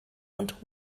und